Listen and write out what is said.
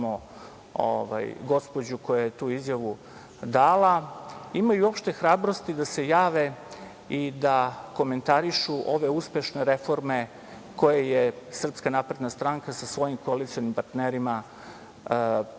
gospođu koja je tu izjavu dala, imaju uopšte hrabrosti da se jave i da komentarišu ove uspešne reforme koje je Srpska napredna stranka sa svojim koalicionim partnerima